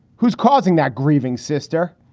who's causing that grieving sister?